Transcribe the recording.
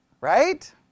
Right